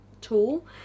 tool